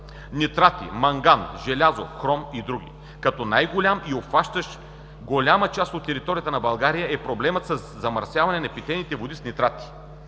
нитрати, манган, желязо, хром и други като най-голям и обхващащ голяма част от територията на България е проблемът със замърсяване на питейните води с нитрати.